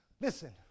Listen